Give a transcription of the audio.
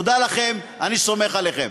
תודה לכם, אני סומך עליכם.